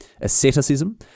asceticism